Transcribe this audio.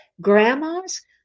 Grandmas